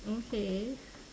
okay